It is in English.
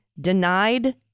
denied